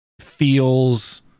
feels